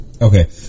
Okay